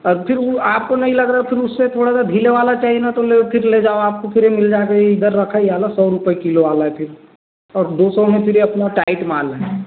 और फ़िर वह आपको नहीं लग रहा तो फ़िर उससे थोड़ा सा ढीले वाला चहिए न तो लो फ़िर ले जाओ आपको फ़िर ये मिल जाएँगे ये इधर रखा ये वाला सौ रुपये किलो वाला है फ़िर और दो सौ में फ़िर ये अपना टाइट माल है